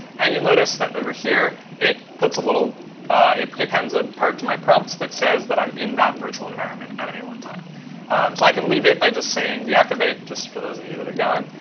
and you'll notice that, over here, it puts a little it prepends a part to my prompt that says that i'm in that virtual environment at any one time. so i can leave it by just saying, deactivate, just for those of you that are gone,